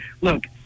Look